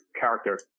character